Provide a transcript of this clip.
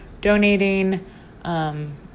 donating